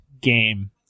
game